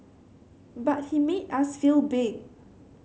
but he made us feel big